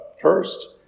first